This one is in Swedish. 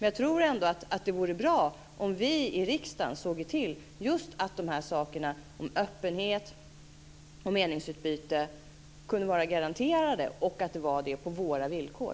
Jag tror ändå att det vore bra om vi i riksdagen såg till just att de här sakerna om öppenhet och meningsutbyte kunde vara garanterade och att de var det på våra villkor.